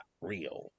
real